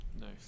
Nice